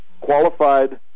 qualified